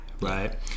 right